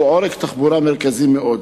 שהוא עורק תחבורה מרכזי מאוד.